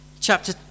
chapter